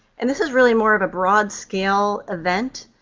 and this is really more of a broad-scale event